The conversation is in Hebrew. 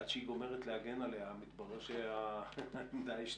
כשעד שהיא גומרת להגן עליה מתברר שהיא השתנתה.